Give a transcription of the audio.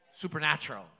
Supernatural